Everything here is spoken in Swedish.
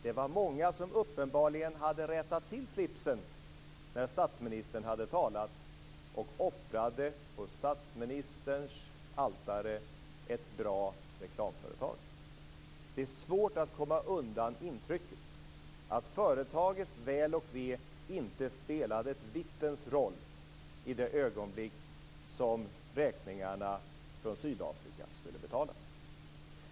Det var många som uppenbarligen hade rättat till slipsen när statsministern hade talat och offrade på statsministerns altare ett bra reklamföretag. Det är svårt att komma undan intrycket att företagets väl och ve inte spelade ett vittens roll i det ögonblick som räkningarna från Sydafrika skulle betalas.